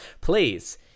please